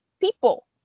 People